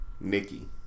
Nikki